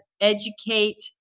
educate